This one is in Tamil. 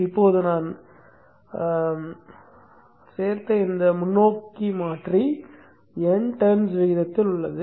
இப்போது நான் சேர்த்த இந்த முன்னோக்கி மாற்றி n டர்ன்ஸ் விகிதத்தில் உள்ளது